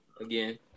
again